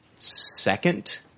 second